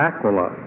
Aquila